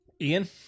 Ian